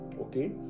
Okay